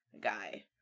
guy